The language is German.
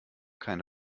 keine